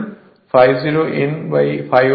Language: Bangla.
∅0 N ∅1 N1 হবে